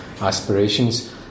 aspirations